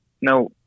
No